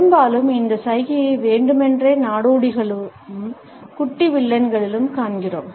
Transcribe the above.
பெரும்பாலும் இந்த சைகையை வேண்டுமென்றே நாடோடிகளிலும் குட்டி வில்லன்களிலும் காண்கிறோம்